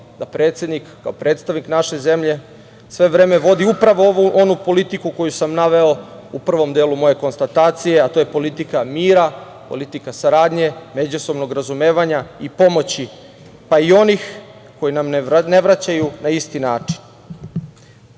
da predsednik kao predstavnik naše zemlje sve vreme vodi upravo ovu politiku koju sam naveo u prvom delu moje konstatacije, a to je politika mira, politika saradnje međusobnog razumevanja i pomoći, pa i onih koji nam ne vraćaju na isti način. Pre